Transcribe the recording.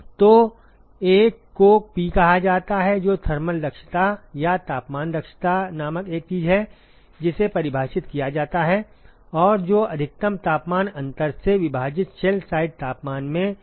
तो एक को P कहा जाता है जो थर्मल दक्षता या तापमान दक्षता नामक एक चीज है जिसे परिभाषित किया जाता है और जो अधिकतम तापमान अंतर से विभाजित शेल साइड तापमान में अंतर द्वारा दिया जाता है